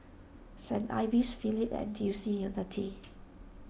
Saint Ives Phillips N T U C Unity